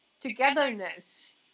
togetherness